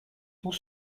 tout